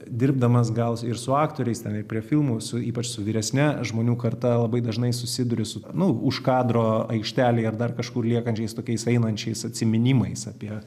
dirbdamas gal ir su aktoriais ten ir prie filmų su ypač su vyresne žmonių karta labai dažnai susiduriu su nu už kadro aikštelėje ar dar kažkur liekančiais tokiais einančiais atsiminimais apie